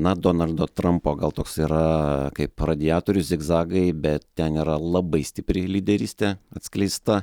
na donaldo trampo gal toks yra kaip radiatorius zigzagai bet ten yra labai stipri lyderystė atskleista